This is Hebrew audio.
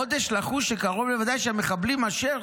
עוד יש לחוש שקרוב לוודאי שהמחבלים אשר